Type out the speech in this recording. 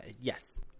Yes